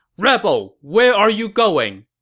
rebel, where are you going!